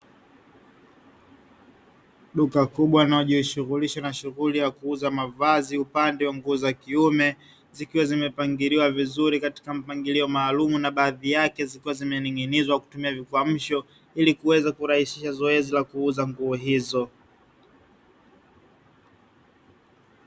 Duka kubwa linalojishughulisha na shughuli ya kuuza mavazi upande wa nguo za kiume, zikiwa zimepangiliwa vizuri katika mpangilio maalumu, na baadhi yake zikiwa zimening'inizwa kutumia vikwamsho, ili kuweza kurahisisha zoezi la kuuza nguo hizo.